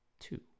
two